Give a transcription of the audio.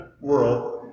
world